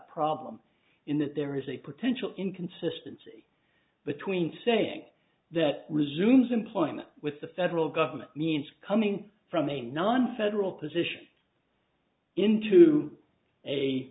problem in that there is a potential inconsistency between saying that resumes employment with the federal government means coming from a non federal position into a